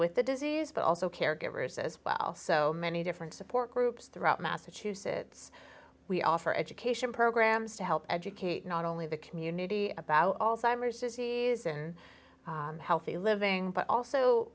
with the disease but also caregivers as well so many different support groups throughout massachusetts we offer education programs to help educate not only the community about also ime are cities and healthy living but also